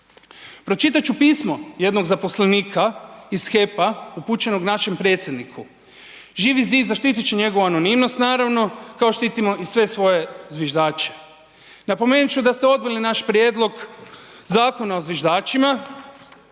Pročitati ću pismo jednog zaposlenika iz HEP-a upućenog našem predsjedniku. Živi zid zaštiti će njegovu anonimnost naravno kao štitimo i sve svoje zviždače. Napomenuti ću da ste odbili naš prijedlog Zakona o zviždačima